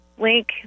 link